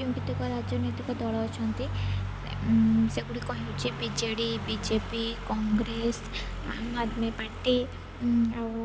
ଯେଉଁ କେତେକ ରାଜନୈତିକ ଦଳ ଅଛନ୍ତି ସେଗୁଡ଼ିକ ହେଉଛି B J D B J P Congress Aam Aadmi Party ଆଉ